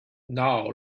now